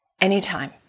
anytime